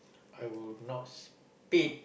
I would not speed